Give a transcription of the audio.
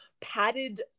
padded